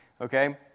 Okay